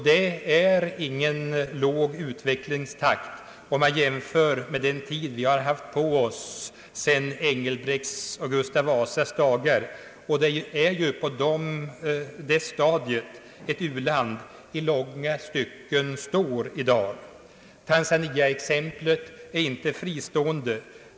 Det är ingen låg utvecklingstakt, om man jämför med den tid vi har haft på oss sedan Engelbrekts och Gustav Vasas dagar, och det är ju på det stadiet ett u-land i långa stycken står i dag. Tanzaniaexemplet är inte fristående.